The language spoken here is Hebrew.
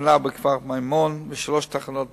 תחנה בכפר-מימון ושלוש תחנות בבאר-שבע.